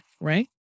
right